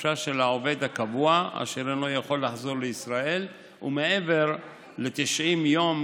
החופשה של העובד הקבוע אשר אינו יכול לחזור לישראל ומעבר ל-90 יום,